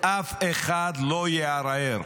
אף אחד לא יערער,